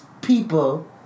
People